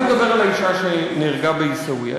אני מדבר על האישה שנהרגה בעיסאוויה.